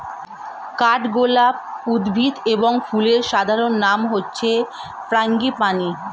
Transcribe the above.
কাঠগোলাপ উদ্ভিদ এবং ফুলের সাধারণ নাম হচ্ছে ফ্রাঙ্গিপানি